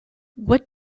what